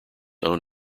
own